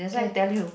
okay